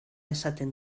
esaten